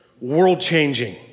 world-changing